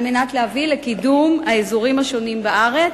על מנת להביא לקידום האזורים השונים בארץ,